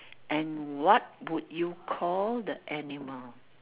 and what would you call the animal